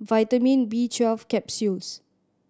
Vitamin B Twelve Capsules